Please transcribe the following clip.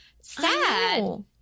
sad